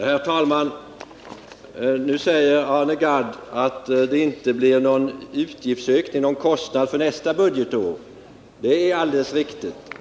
Herr talman! Nu säger Arne Gadd att det inte blir någon kostnad förrän nästa år. Det är alldeles riktigt.